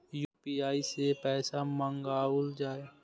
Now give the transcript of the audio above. UPI सै पैसा मंगाउल जाय?